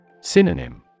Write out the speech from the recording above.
Synonym